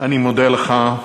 אני מודה לך.